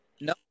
No